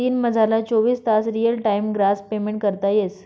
दिनमझारला चोवीस तास रियल टाइम ग्रास पेमेंट करता येस